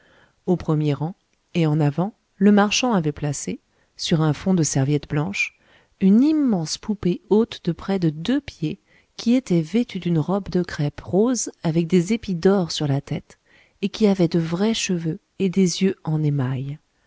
au premier rang et en avant le marchand avait placé sur un fond de serviettes blanches une immense poupée haute de près de deux pieds qui était vêtue d'une robe de crêpe rose avec des épis d'or sur la tête et qui avait de vrais cheveux et des yeux en émail